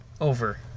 Over